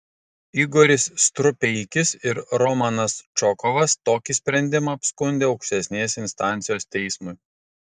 igoris strupeikis ir romanas čokovas tokį sprendimą apskundė aukštesnės instancijos teismui